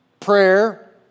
Prayer